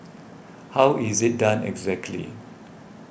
how is it done exactly